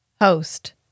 host